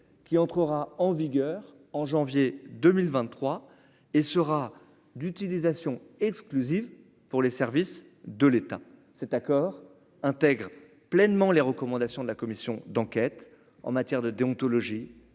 qui entrera en vigueur en janvier 2023 et sera d'utilisation exclusive pour les services de l'État, cet accord intègre pleinement les recommandations de la commission d'enquête en matière de déontologie